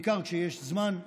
בעיקר כשיש זמן,